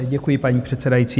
Děkuji, paní předsedající.